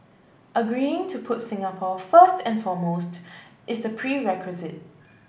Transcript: agreeing to put Singapore first and foremost is the prerequisite